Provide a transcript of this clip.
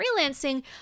freelancing